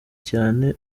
cyane